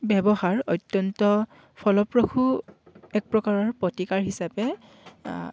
ব্যৱহাৰ অত্যন্ত ফলপ্ৰসু এক প্ৰকাৰৰ প্ৰতিকাৰ হিচাপে